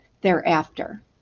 thereafter